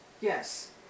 Yes